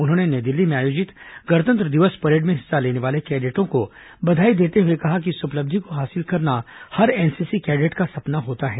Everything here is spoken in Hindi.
उन्होंने नई दिल्ली में आयोजित गणतंत्र दिवस परेड में हिस्सा लेने वाले कैंडेटों को बधाई देते हुए कहा कि इस उपलब्धि को हासिल करना हर एनसीसी कैडेट का सपना होता है